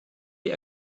die